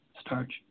starch